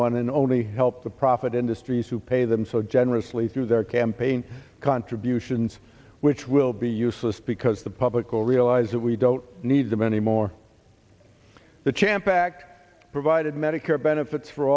anyone and only help the profit industries who pay them so generously through their i'm paying contributions which will be useless because the public will realize that we don't need them anymore the champ back provided medicare benefits for